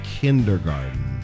kindergarten